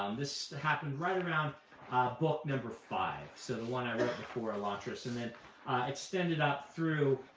um this happened right around book number five, so the one i wrote before elantris, and then extended up through